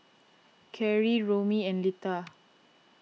Kerry Romie and Litha